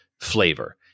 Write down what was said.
flavor